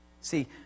See